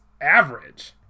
average